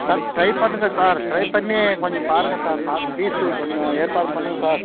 sir try பண்ணுங்கள் sir try பண்ணி கொஞ்சம் பாருங்கள் சார் பார்த்து ஃபீஸ்ஸு கொஞ்சம் ஏற்பாடு பண்ணுங்கள் சார்